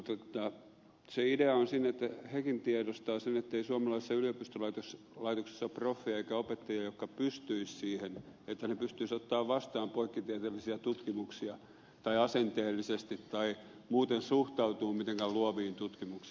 se idea on siinä että hekin tiedostavat sen ettei suomalaisessa yliopistolaitoksessa ole proffia eikä opettajia jotka pystyisivät siihen että pystyisivät ottamaan vastaan poikkitieteellisiä tutkimuksia tai asenteellisesti tai muuten suhtautumaan mitenkään luoviin tutkimuksiin